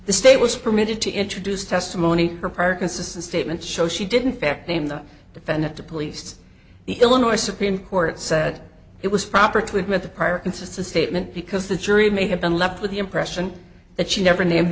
the state was permitted to introduce testimony her prior consistent statements show she didn't fact name the defendant to police the illinois supreme court said it was proper to admit the prior consistent statement because the jury may have been left with the impression that she never named